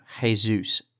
Jesus